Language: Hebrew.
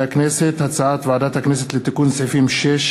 הצעת ועדת הכנסת לתיקון סעיפים 6,